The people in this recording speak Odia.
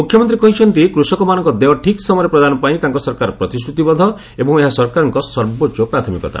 ମୁଖ୍ୟମନ୍ତ୍ରୀ କହିଛନ୍ତି କୃଷକମାନଙ୍କ ଦେୟ ଠିକ୍ ସମୟରେ ପ୍ରଦାନ ପାଇଁ ତାଙ୍କ ସରକାର ପ୍ରତିଶ୍ରତିବଦ୍ଧ ଏବଂ ଏହା ସରକାରଙ୍କ ସର୍ବୋଚ୍ଚ ପ୍ରାଥମିକତା